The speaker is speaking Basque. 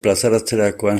plazaratzerakoan